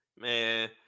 Man